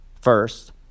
First